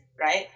right